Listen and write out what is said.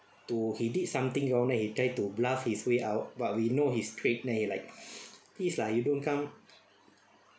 to he did something you know right he try to bluff his way out but we know his trait then he like please lah you don't come